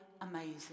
amazing